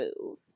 move